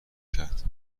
کرد